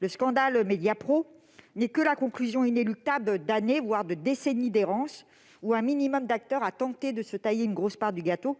Le scandale Mediapro n'est que la conclusion inéluctable d'années, voire de décennies, d'errance : une minorité d'acteurs a tenté de se tailler une grosse part du gâteau,